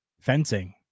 fencing